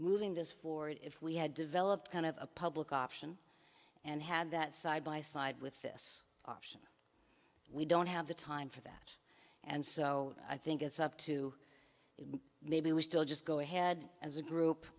moving this forward if we had developed kind of a public option and had that side by side with this we don't have the time for that and so i think it's up to maybe we still just go ahead as a group